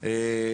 הדיון,